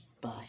Bye